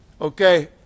Okay